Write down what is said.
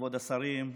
כבוד השרים,